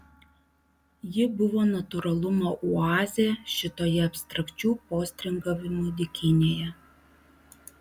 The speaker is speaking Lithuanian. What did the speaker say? ji buvo natūralumo oazė šitoje abstrakčių postringavimų dykynėje